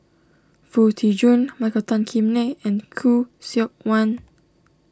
Foo Tee Jun Michael Tan Kim Nei and Khoo Seok Wan